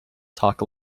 talk